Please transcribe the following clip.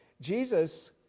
Jesus